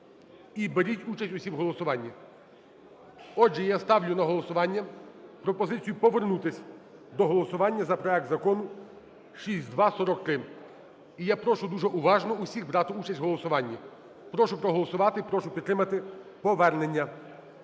і беріть участь усі в голосуванні. Отже, я ставлю на голосування пропозицію повернутись до голосування за проект Закону 6243. І я прошу дуже уважно всіх брати участь в голосуванні. Прошу проголосувати, прошу підтримати повернення.